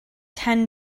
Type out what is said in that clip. ten